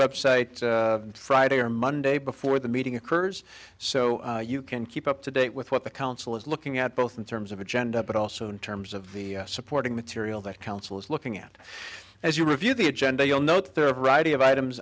website friday or monday before the meeting occurs so you can keep up to date with what the council is looking at both in terms of agenda but also in terms of the supporting material that council is looking at as you review the agenda you'll note there of writing of items